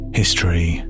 history